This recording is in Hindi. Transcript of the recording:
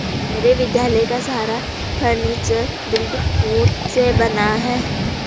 मेरे विद्यालय का सारा फर्नीचर दृढ़ वुड से बना है